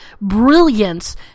brilliance